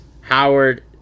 Howard